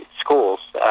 schools